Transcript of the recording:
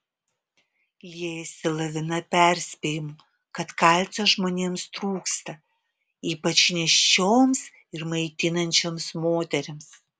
liejasi lavina perspėjimų kad kalcio žmonėms trūksta ypač nėščioms ir maitinančioms moterims